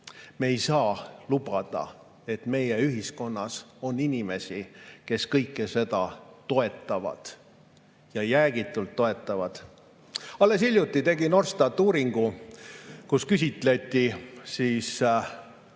Me ei saa lubada, et meie ühiskonnas on inimesi, kes kõike seda toetavad, ja jäägitult toetavad. Alles hiljuti tegi Norstat uuringu, kus küsiti inimeste